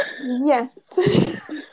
Yes